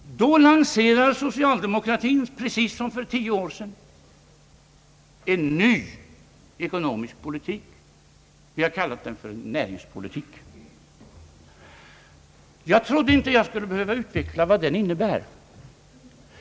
Då lanserar socialdemokratin — precis som för 10 år sedan — en ny ekonomisk politik, som vi har kallat för näringspolitik. Jag trodde inte att jag skulle behöva utveckla vad den innebär.